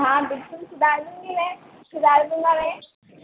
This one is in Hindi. हाँ बिल्कुल सुधार दूँगी मैं सुधार दूंगा मैं